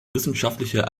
wissenschaftliche